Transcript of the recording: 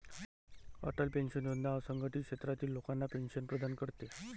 Atal pension योजना असंघटित क्षेत्रातील लोकांना पेन्शन प्रदान करते